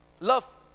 Love